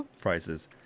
prices